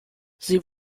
sie